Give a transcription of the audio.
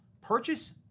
purchase